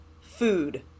food